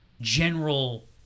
general